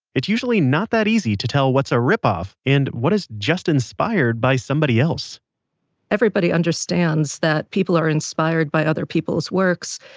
it's usually not that easy to tell what's a rip off and what is just inspired by somebody else everybody understands that people are inspired by other people's works,